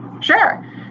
Sure